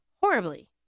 horribly